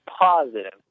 positive